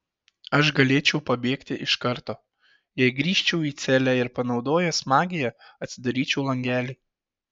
aš galėčiau pabėgti iš karto jei grįžčiau į celę ir panaudojęs magiją atsidaryčiau langelį